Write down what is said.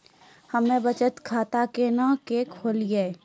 हम्मे बचत खाता केना के खोलियै?